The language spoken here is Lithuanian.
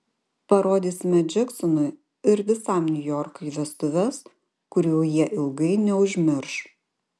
parodysime džeksonui ir visam niujorkui vestuves kurių jie ilgai neužmirš